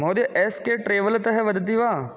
महोदय S K ट्रवेल्तः वदति वा